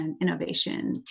innovation